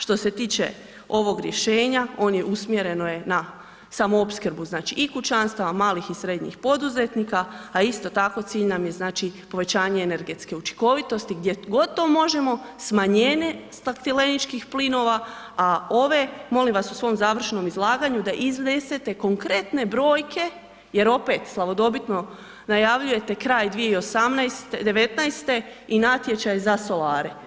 Što se tiče ovog rješenja, on je usmjereno je na samoopskrbu znači i kućanstava, malih i srednjih poduzetnika, a isto tako, cilj nam znači povećanje energetske učinkovitosti, gdje gotovo možemo smanjenje stakleničkih plinova, a ove, molim vas u svom završnom izlaganju, da iznesete konkretne brojke jer opet slavodobitno najavljujete kraj 2019. i natječaj za solare.